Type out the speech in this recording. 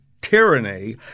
tyranny